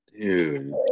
dude